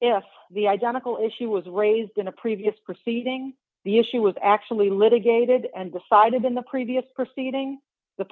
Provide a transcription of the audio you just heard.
if the identical issue was raised in a previous proceeding the issue was actually litigated and decided in the previous proceeding the